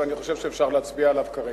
ואני חושב שאפשר להצביע עליו כרגע.